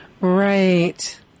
Right